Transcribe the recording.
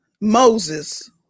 Moses